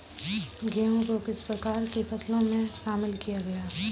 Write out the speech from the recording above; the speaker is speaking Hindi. गेहूँ को किस प्रकार की फसलों में शामिल किया गया है?